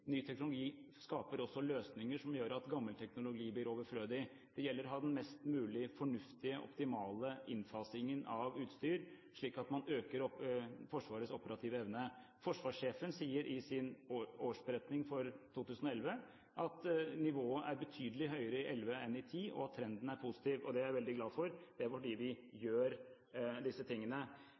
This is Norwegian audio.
ny teknologi skaper også løsninger som gjør at gammel teknologi blir overflødig. Det gjelder å ha mest mulig fornuftig og optimal innfasing av utstyr, slik at man øker Forsvarets operative evne. Forsvarssjefen sier i sin årsberetning for 2011 at nivået er betydelig høyere i 2011 enn i 2010, og at trenden er positiv. Det er jeg veldig glad for, og det er fordi vi gjør disse tingene.